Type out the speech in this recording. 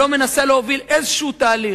שלא מנסה להוביל איזה תהליך,